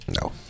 No